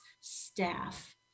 staff